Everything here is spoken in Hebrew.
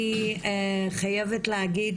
אני חייבת להגיד